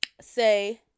say